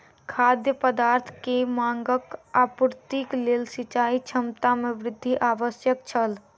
खाद्य पदार्थ के मांगक आपूर्तिक लेल सिचाई क्षमता में वृद्धि आवश्यक छल